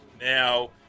now